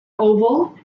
oval